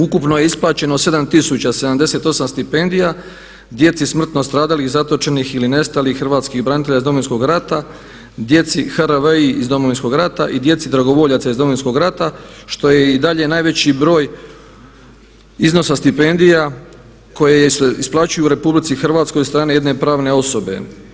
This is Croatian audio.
Ukupno je isplaćeno 7078 stipendija djeci smrtno stradalih, zatočenih ili nestalih hrvatskih branitelja iz Domovinskog rata, djeci HRVI iz Domovinskog rata i djeci dragovoljaca iz Domovinskog rata što je i dalje najveći broj iznosa stipendija koje se isplaćuju u Republici Hrvatskoj od strane jedne pravne osobe.